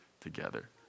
together